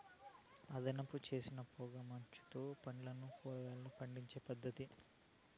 అదుపుచేసిన పొగ మంచులో పండ్లు, కూరగాయలు పండించే పద్ధతి